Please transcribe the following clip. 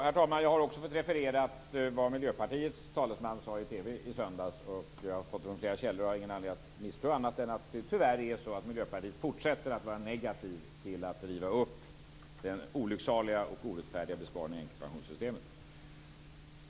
Herr talman! Jag har också fått refererat vad Miljöpartiets talesman sade i TV i söndags. Jag har fått det från flera källor, och jag har ingen anledning att tro annat än att det tyvärr är så att Miljöpartiet fortsätter att vara negativt till att riva upp den olycksaliga och orättfärdiga besparingen i änkepensionssystemet.